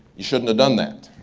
you shouldn't have done that.